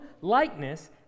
likeness